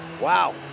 wow